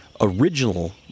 original